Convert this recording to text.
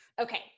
Okay